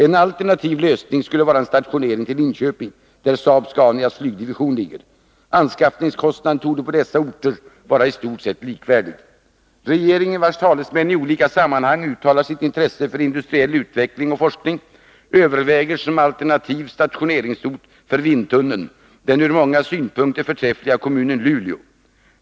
En alternativ lösning skulle vara en stationering till Linköping, där Saab-Scanias flygdivision ligger. Anskaffningskostnaden torde vara i stort sett densamma på dessa orter. Regeringen, vars talesmän i olika sammanhang uttalar sitt intresse för industriell utveckling och forskning, överväger som alternativ stationeringsort för vindtunneln den ur många synpunkter förträffliga kommunen Luleå.